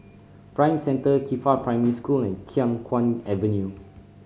Prime Centre Qifa Primary School and Khiang Guan Avenue